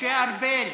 משה ארבל,